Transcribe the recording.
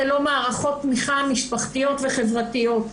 ללא מערכות תמיכה משפחתיות וחברתיות.